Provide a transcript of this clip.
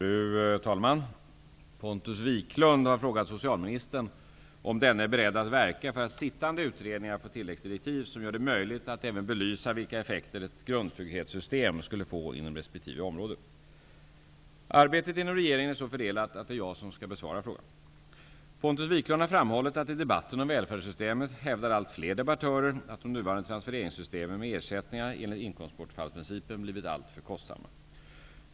Fru talman! Pontus Wiklund har frågat socialministern om denne är beredd att verka för att sittande utredningar får tilläggsdirektiv som gör det möjligt att även belysa vilka effekter ett grundtrygghetssystem skulle få inom resp. område. Arbetet inom regeringen är så fördelat att det är jag som skall besvara frågan. Pontus Wiklund har framhållit att i debatten om välfärdssystemet hävdar allt fler debattörer att de nuvarande transfereringssystemen med ersättningar enligt inkomstbortfallsprincipen blivit alltför kostsamma.